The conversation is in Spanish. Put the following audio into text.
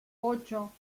ocho